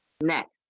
Next